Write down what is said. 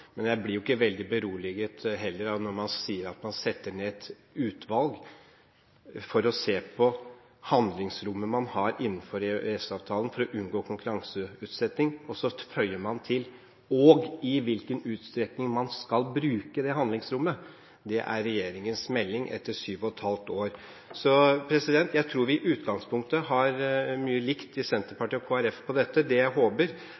men jeg blir ikke veldig beroliget heller når man sier at man setter ned et utvalg for å se på handlingsrommet man har innenfor EØS-avtalen for å unngå konkurranseutsetting, og så føyer til at man vil se på i hvilken utstrekning man skal bruke det handlingsrommet. Det er regjeringens melding etter syv og et halvt år. Så jeg tror vi i utgangspunktet har ganske likt syn i Senterpartiet og Kristelig Folkeparti på dette. Det jeg håper,